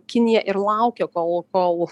kinija ir laukia kol kol